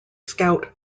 scout